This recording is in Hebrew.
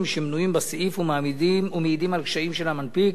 שמנויים בסעיף ומעידים על קשיים של המנפיק